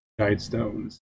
Guidestones